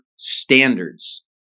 Standards